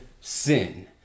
sin